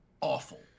awful